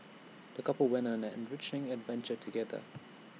the couple went on an enriching adventure together